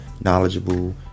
knowledgeable